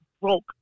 broke